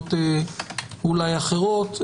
לזכויות אולי אחרות.